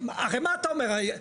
אחרי מה אתה אומר?